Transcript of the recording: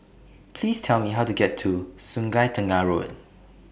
Please Tell Me How to get to Sungei Tengah Road